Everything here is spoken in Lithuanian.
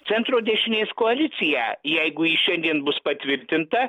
centro dešinės koaliciją jeigu ji šiandien bus patvirtinta